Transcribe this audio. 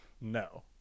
no